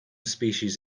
species